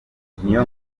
pacifique